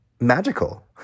magical